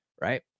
Right